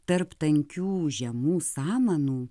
tarp tankių žemų samanų